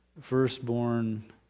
firstborn